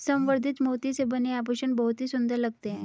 संवर्धित मोती से बने आभूषण बहुत ही सुंदर लगते हैं